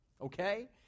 okay